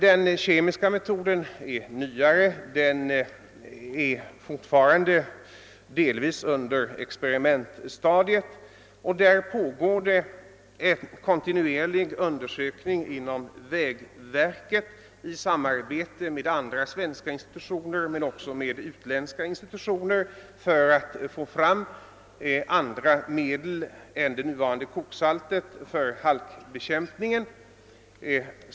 Den kemiska metoden befinner sig fortfarande delvis på experimentstadiet. Det pågår en kontinuerlig undersökning inom vägverket i samarbete med andra svenska institutioner men också med utländska institutioner för att få fram andra medel än koksaltet för halkbekämpningen.